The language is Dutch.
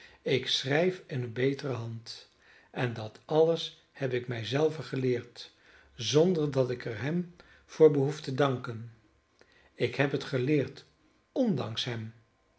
ik schrijf eene betere hand en dat alles heb ik mij zelven geleerd zonder dat ik er hem voor behoef te danken ik heb het geleerd ondanks hem